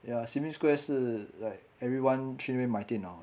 ya sim lim square 是 like everyone 去那边买电脑 [what]